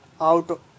out